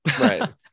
right